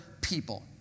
people